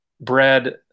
bread